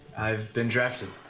i've been drafted.